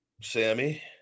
Sammy